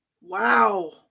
wow